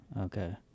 okay